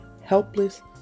helpless